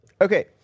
Okay